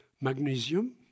magnesium